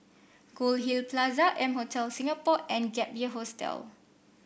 Goldhill Plaza M Hotel Singapore and Gap Year Hostel